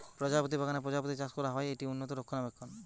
প্রজাপতি বাগানে প্রজাপতি চাষ করা হয়, এটি উন্নত রক্ষণাবেক্ষণ